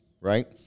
right